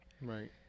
Right